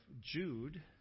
Jude